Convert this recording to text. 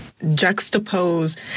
juxtapose